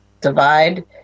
divide